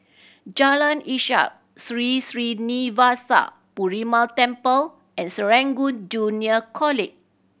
Jalan Ishak Sri Srinivasa Perumal Temple and Serangoon Junior College